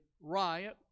riot